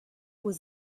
was